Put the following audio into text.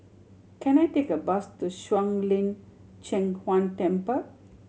can I take a bus to Shuang Lin Cheng Huang Temple